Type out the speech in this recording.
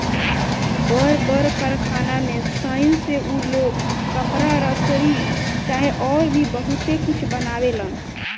बड़ बड़ कारखाना में सनइ से उ लोग कपड़ा, रसरी चाहे अउर भी बहुते कुछ बनावेलन